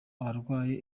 abarwaye